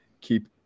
keep